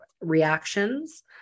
reactions